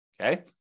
Okay